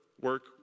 work